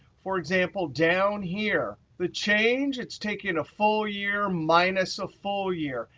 for example, down here, the change it's taken a full year minus a full year.